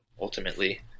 ultimately